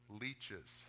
Leeches